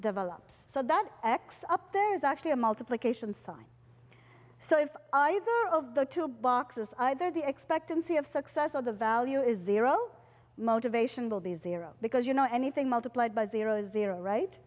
develops so that x up there is actually a multiplication sign so if either of the two boxes either the expectancy of success or the value is zero motivation will be zero because you know anything multiplied by zero zero right